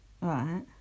right